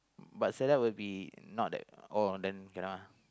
but set up will be not that oh then cannot ah